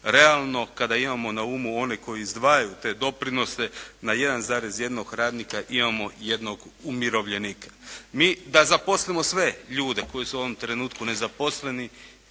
Realno kada imamo na umu one koji izdvajaju te doprinose na 1,1 radnika imamo 1 umirovljenika. Mi da zaposlimo sve ljudi koji su u ovom trenutku nezaposleni